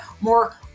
more